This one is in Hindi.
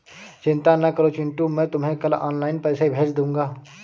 चिंता ना करो चिंटू मैं तुम्हें कल ऑनलाइन पैसे भेज दूंगा